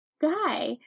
guy